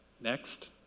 Next